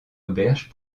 auberge